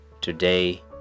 today